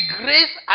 grace